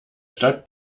stadt